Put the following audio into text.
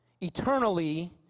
eternally